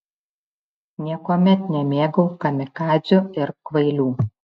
niekuomet nemėgau kamikadzių ir kvailių